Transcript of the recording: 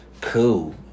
cool